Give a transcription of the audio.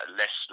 less